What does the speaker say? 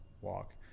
walk